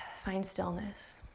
find stillness.